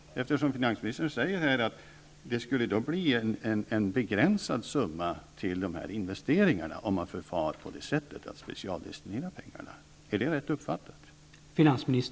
Finansministern säger här att det skulle bli en begränsad summa till dessa investeringar om man förfar på detta sätt, dvs. specialdestinerar pengarna. Är det rätt uppfattat?